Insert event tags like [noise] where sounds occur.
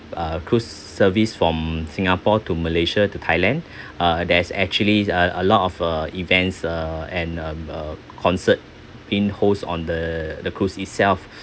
uh cruise service from singapore to malaysia to thailand [breath] uh there's actually a a lot of uh events uh and um uh concert being host on the the cruise itself [breath]